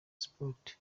sports